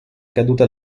caduta